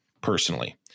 personally